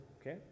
okay